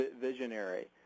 visionary